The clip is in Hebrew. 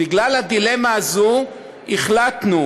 בגלל הדילמה הזאת החלטנו